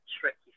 tricky